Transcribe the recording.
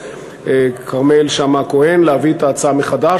כרמל שאמה-הכהן להביא את ההצעה מחדש,